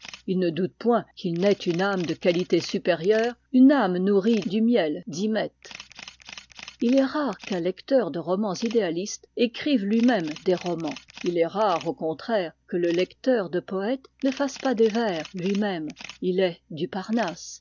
il ne doute point qu'il n'ait une âme de qualité supérieure une âme nourrie du miel d'hymette il est rare qu'un lecteur de romans idéalistes écrive lui-même des romans il est rare au contraire que le lecteur de poètes ne fasse pas des vers lui-même il est du parnasse